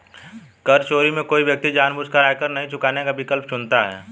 कर चोरी में कोई व्यक्ति जानबूझकर आयकर नहीं चुकाने का विकल्प चुनता है